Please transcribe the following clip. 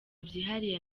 byihariye